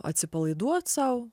atsipalaiduot sau